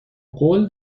قول